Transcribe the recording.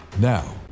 Now